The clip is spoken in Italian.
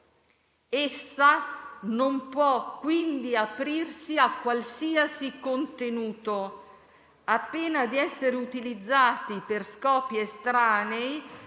devono potersi collegare al contenuto già disciplinato dal decreto-legge ovvero, in caso di provvedimenti governativi